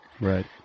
Right